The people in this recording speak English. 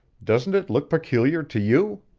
doesn't it look peculiar to you?